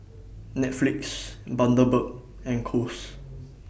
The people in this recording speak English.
Netflix Bundaberg and Kose